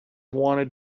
wanted